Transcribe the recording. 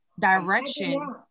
direction